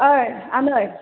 ओइ आनै